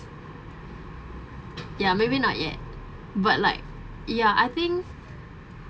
ya maybe not yet but like ya I think